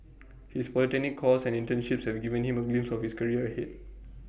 his polytechnic course and internships have given him A glimpse of his career ahead